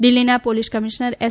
દિલ્હીના police commissioner S